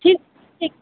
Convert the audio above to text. ଠିକ୍ ଠିକ୍